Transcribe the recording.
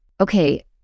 okay